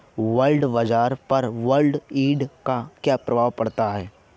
Bond बाजार पर bond yield का क्या असर पड़ता है?